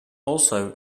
also